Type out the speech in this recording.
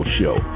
show